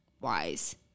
wise